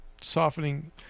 softening